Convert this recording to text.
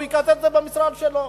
הוא יקצץ את זה במשרד שלו.